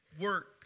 work